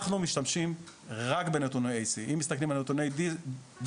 אנחנו משתמשים רק בנתוני AC. אם מסתכלים על נתוני DC,